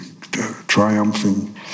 triumphing